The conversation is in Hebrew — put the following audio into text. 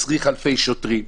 מצריך אלפי שוטרים,